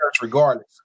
regardless